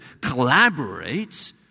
collaborate